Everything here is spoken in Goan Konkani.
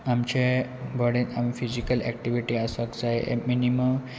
आमचे बॉडेक आमीची फिजिकल एक्टिविटी आसपाक जाय मिनिमम